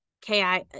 ki